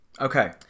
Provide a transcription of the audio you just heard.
Okay